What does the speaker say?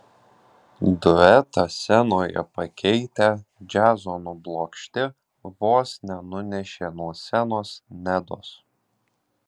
duetą scenoje pakeitę džiazo nublokšti vos nenunešė nuo scenos nedos